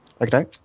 Okay